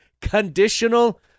Conditional